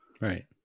Right